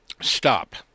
stop